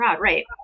Right